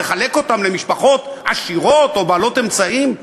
לחלק אותם למשפחות עשירות או בעלות אמצעים,